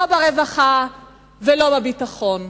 לא ברווחה ולא בביטחון.